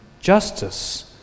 justice